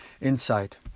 insight